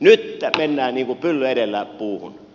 nyt mennään niin kuin pylly edellä puuhun